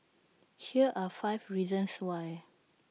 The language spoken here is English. here are five reasons why